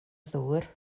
ddŵr